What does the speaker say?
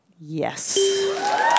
Yes